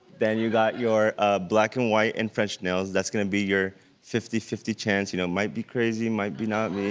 then you got your ah black and white and french nails, that's gonna be your fifty fifty chance, you know, might be crazy, might be not,